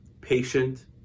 patient